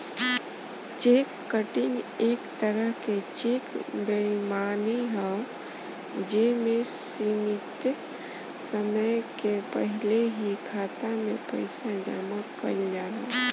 check cutting एक तरह के चेक बेईमानी ह जे में सीमित समय के पहिल ही खाता में पइसा जामा कइल जाला